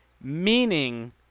Meaning